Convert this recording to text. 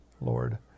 Lord